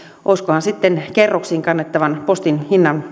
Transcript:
olisikohan sitten kerroksiin kannettavan postin